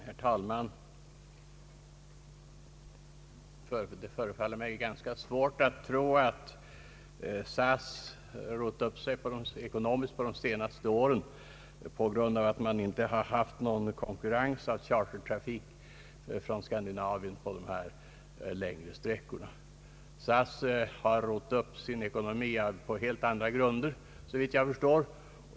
Herr talman! Det förefaller mig ganska svart att tro att SAS har rott upp sig ekonomiskt under de senaste åren därför att företaget inte har haft någon konkurrens av chartertrafik från Skandinavien på de längre sträckorna. SAS har rott upp sin ekonomi på helt andra grunder, såvitt jag förstår.